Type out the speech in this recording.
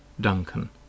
Duncan